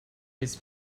his